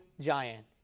giant